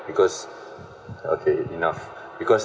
because okay enough because